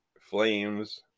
flames